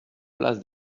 place